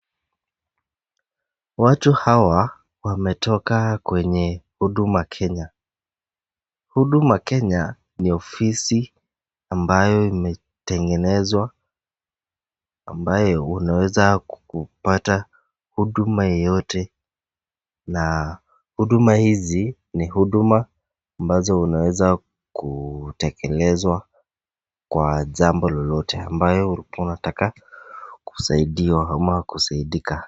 Watu hawa wametoka kwenye huduma kenya. Huduma kenya ni ofisi ambayo imetengenezwa amabayo unaweza kupata huduma yeyote na huduma hizi ni huduma ambazo unaweza kutekelezwa kwa jambo lolote ambayo ulikuwa unataka kusaidiwa ama kusaidika.